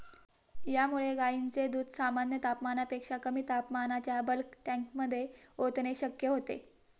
यामुळे गायींचे दूध सामान्य तापमानापेक्षा कमी तापमानाच्या बल्क टँकमध्ये ओतणे शक्य होते